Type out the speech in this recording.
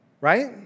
Right